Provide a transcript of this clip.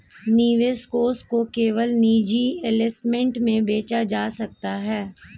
निवेश कोष को केवल निजी प्लेसमेंट में बेचा जा सकता है